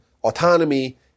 Autonomy